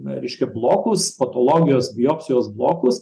reiškia blokus patologijos biopsijos blokus